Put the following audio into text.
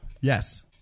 Yes